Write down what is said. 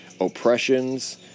oppressions